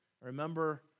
Remember